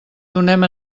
donem